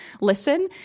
listen